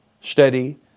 steady